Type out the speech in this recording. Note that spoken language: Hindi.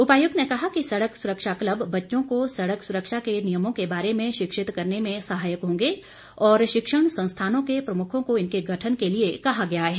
उपायुक्त ने कहा कि सड़क सुरक्षा क्लब बच्चों को सड़क सुरक्षा नियमों के बारे में शिक्षित करने में सहायक होंगे और शिक्षण संस्थानों के प्रमुखों को इनके गठन के लिए कहा गया है